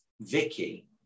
Vicky